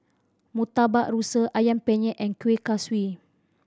Murtabak Rusa Ayam Penyet and kueh kosui